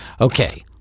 Okay